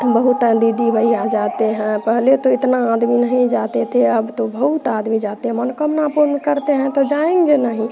बहुत दीदी भैया जाते हैं पहले तो इतना आदमी नहीं जाते थे अब तो बहुत आदमी जाते हैं मन कामना पूर्ण करते हैं तो जाएंगे नहीं